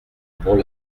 bourg